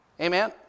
Amen